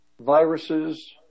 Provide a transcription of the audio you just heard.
viruses